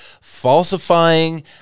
falsifying